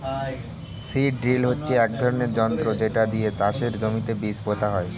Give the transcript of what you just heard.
seed drill হচ্ছে এক ধরনের যন্ত্র যেটা দিয়ে চাষের জমিতে বীজ পোতা হয়